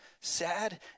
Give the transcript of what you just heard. Sad